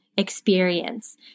experience